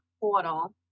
portal